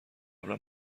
قبلا